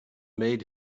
made